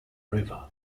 river